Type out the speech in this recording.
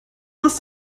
muss